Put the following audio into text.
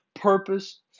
purpose